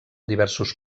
diversos